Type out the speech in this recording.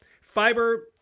fiber